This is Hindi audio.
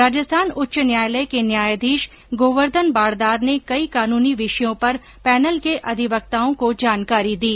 राजस्थान उच्च न्यायालय के न्यायाधीश गोवर्धन बाडदार ने कई कानूनी विषयों पर पैनल के अधिवक्ताओं को जानकारी दी